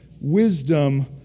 wisdom